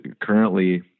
currently